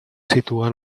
situen